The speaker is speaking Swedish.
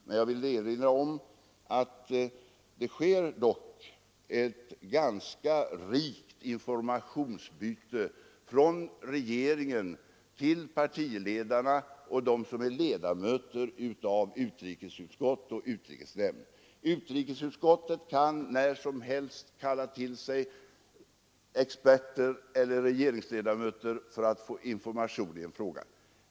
Men jag vill erinra om att informationen från regeringen till partiledarna samt till ledamöterna av utrikesutskottet och utrikesnämnden är ganska omfattande. Utrikesutskottet kan när som helst kalla till sig experter eller regeringsledamöter för att få information i en fråga.